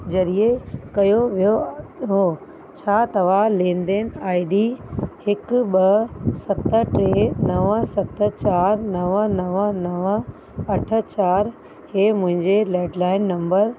ज़रिए कयो वियो हुओ छा तव्हां लेनदेन आईडी हिकु ॿ सत टे नव सत चारि नव नव नव अठ चारि इहो मुंहिंजे लैडलाइन नंबर